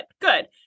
good